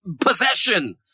possession